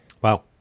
wow